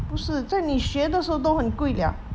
不是这样你学的时候都很贵了